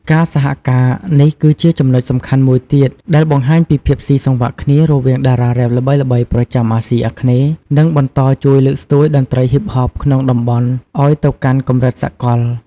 ការសហការនេះគឺជាចំណុចសំខាន់មួយទៀតដែលបង្ហាញពីភាពស៊ីសង្វាក់គ្នារវាងតារារ៉េបល្បីៗប្រចាំអាស៊ីអាគ្នេយ៍ និងបន្តជួយលើកស្ទួយតន្ត្រីហ៊ីបហបក្នុងតំបន់ឱ្យទៅកាន់កម្រិតសកល។